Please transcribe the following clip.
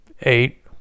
Eight